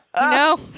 No